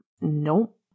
Nope